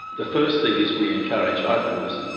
the first thing is we encourage openness.